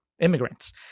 immigrants